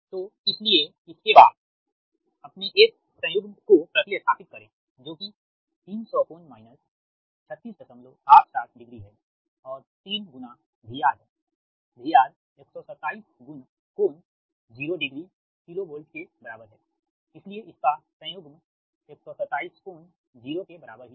तो इसीलिए इसके बाद अपने S संयुग्म को प्रति स्थापित करें जो कि 300 कोण माइनस 3687 डिग्री है और 3 गुणा VR है VR 127 कोण 0 डिग्री KV के बराबर है इसलिए इसका संयुग्म 127 कोण 0 के बराबर ही है